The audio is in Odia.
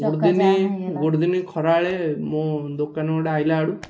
ଗୋଟ ଦିନେ ଗୋଟେ ଦିନ ଖରାବେଳେ ମୋ ଦୋକାନ ଗୋଟେ ଆସିଲା ଆଡ଼ୁ